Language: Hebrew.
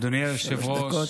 אדוני היושב-ראש,